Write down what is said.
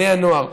בני הנוער,